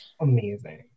amazing